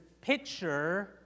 picture